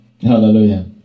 Hallelujah